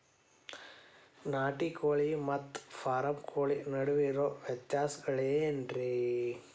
ನಾಟಿ ಕೋಳಿ ಮತ್ತ ಫಾರಂ ಕೋಳಿ ನಡುವೆ ಇರೋ ವ್ಯತ್ಯಾಸಗಳೇನರೇ?